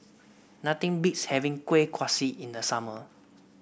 nothing beats having Kueh Kaswi in the summer